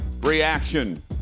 reaction